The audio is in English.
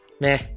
Meh